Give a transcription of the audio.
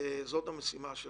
וזאת המשימה שלנו.